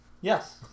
Yes